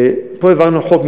פה העברנו חוק.